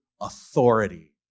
authority